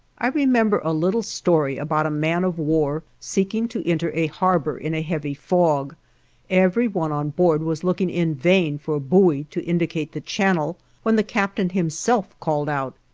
i remember a little story about a man-of-war seeking to enter a harbor in a heavy fog every one on board was looking in vain for a buoy to indicate the channel when the captain himself called out,